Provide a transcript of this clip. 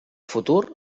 futur